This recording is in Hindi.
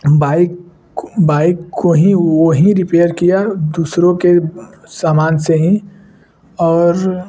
बाइक बाइक को ही वही रिपेयर किया दूसरों के सामान से ही और